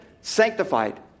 sanctified